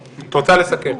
את רוצה לסכם.